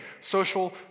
social